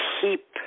keep